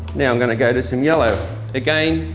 now i'm going to go to some yellow again,